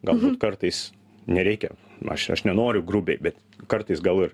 galbūt kartais nereikia aš aš nenoriu grubiai bet kartais gal ir